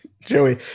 Joey